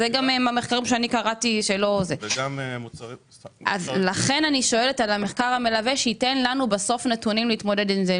אבל אני שואלת על המחקר המלווה שייתן לנו נתונים להתמודד עם זה.